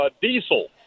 diesel